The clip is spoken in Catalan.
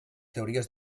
teories